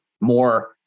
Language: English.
more